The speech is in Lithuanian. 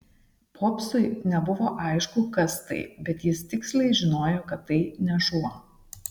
popsui nebuvo aišku kas tai bet jis tiksliai žinojo kad tai ne šuo